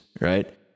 Right